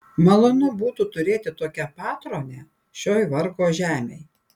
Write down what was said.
malonu būtų turėti tokią patronę šioj vargo žemėj